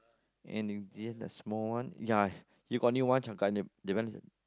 and they in the small one ya you got new one that one is